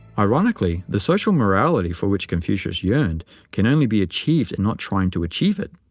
ironically, the social morality for which confucius yearned can only be achieved in not trying to achieve it.